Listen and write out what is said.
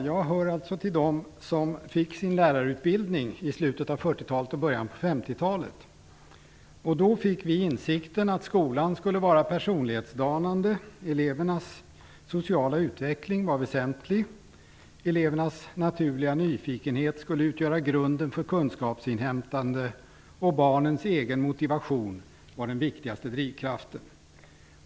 Herr talman! Jag hör till dem som fick sin lärarutbildning i slutet av 40-talet och i början av 50-talet. Då fick vi insikten att skolan skulle vara personlighetsdanande. Elevernas sociala utveckling var väsentlig. Elevernas naturliga nyfikenhet skulle utgöra grunden för kunskapsinhämtande, och barnens egen motivation var den viktigaste drivkraften.